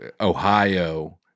Ohio